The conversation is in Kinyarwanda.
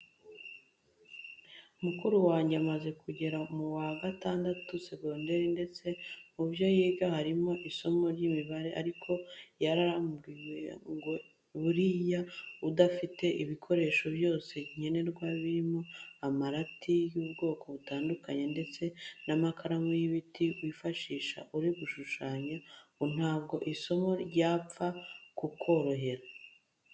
Mukuru wange amaze kugera mu wa gatandatu segonderi, ndetse mu byo yiga harimo isomo ry'imibare, ariko yarambwiye ngo buriya udafite ibikoresho byose nkenerwa birimo amarati y'ubwoko butandukanye ndetse n'amakaramu y'ibiti wifashisha uri gushushanya ngo ntabwo isomo ryapfa kukorohera.